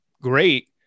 great